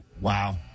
Wow